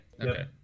okay